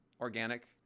organic